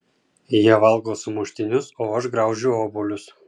jie valgo sumuštinius o aš graužiu obuolius